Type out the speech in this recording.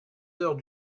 heures